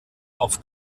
auf